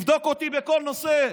תבדוק אותי בכל נושא.